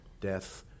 death